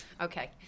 Okay